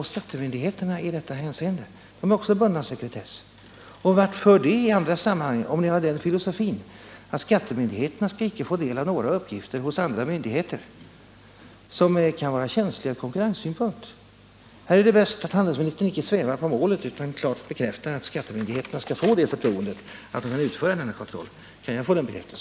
Dessa myndigheter skall, enligt min mening, inte oreserverat få ta del av materialet, innan det står klart på vilket sätt detta skulle kunna skapa svårigheter för företagen från sekretessynpunkt. Carl Lidboms brist på förståelse för rättssäkerhetens tillämpning när det gäller företagen har i den här debatten bekräftats ännu en gång.